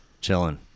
Chilling